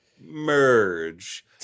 merge